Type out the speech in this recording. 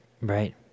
right